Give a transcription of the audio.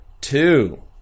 two